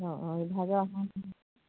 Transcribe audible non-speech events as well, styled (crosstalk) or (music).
(unintelligible)